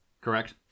Correct